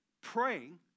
praying